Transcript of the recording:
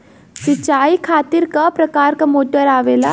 सिचाई खातीर क प्रकार मोटर आवेला?